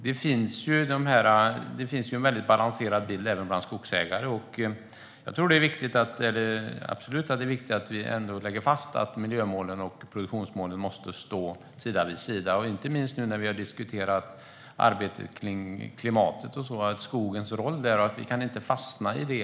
Det finns alltså en väldigt balanserad bild även bland skogsägare, och jag tror absolut att det är viktigt att vi ändå lägger fast att miljömålen och produktionsmålen måste stå sida vid sida, inte minst nu när vi har diskuterat arbetet kring klimatet och skogens roll när det gäller det.